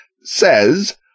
says